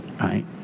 Right